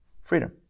freedom